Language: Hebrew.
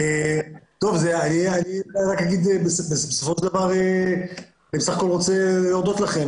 אני בסך הכול רוצה להודות לכם,